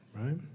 right